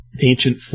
ancient